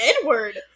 Edward